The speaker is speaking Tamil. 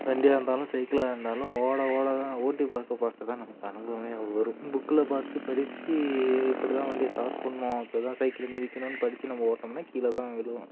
வண்டியாக இருந்தாலும் சைக்கிளாக இருந்தாலும் ஓட ஓட தான் ஓட்டி பார்க்க பார்க்க தான் நமக்கு அனுபவமே வரும் புக்கில் பார்த்து படிச்சு இப்படி தான் வண்டியை ஸ்டார்ட் பண்ணணும் அப்படி தான் சைக்கிள் மிதிக்கணுன்னு படிச்சு நம்ம ஓட்டிடோம்னா கீழே தான் விழுவோம்